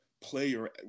player